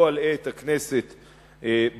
לא אלאה את הכנסת בנתונים,